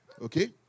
Okay